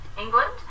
England